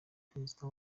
perezida